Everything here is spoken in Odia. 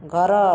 ଘର